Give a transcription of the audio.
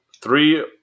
three